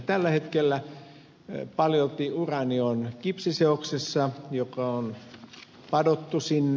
tällä hetkellä paljolti uraani on kipsiseoksessa joka on padottu sinne